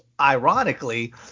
ironically